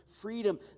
freedom